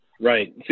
Right